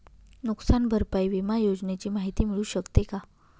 नुकसान भरपाई विमा योजनेची माहिती मिळू शकते का?